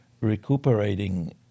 recuperating